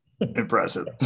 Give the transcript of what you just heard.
impressive